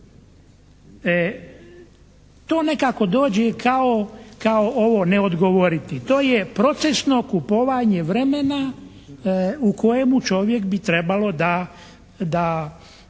to nekako dođe kao ovo ne odgovoriti, to je procesno kupovanje vremena u kojemu čovjek bi trebalo da